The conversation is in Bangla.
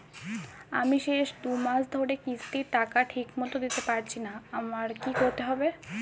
আমি শেষ দুমাস ধরে কিস্তির টাকা ঠিকমতো দিতে পারছিনা আমার কি করতে হবে?